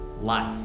life